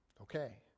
Okay